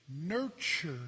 Nurture